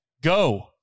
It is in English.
go